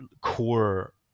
core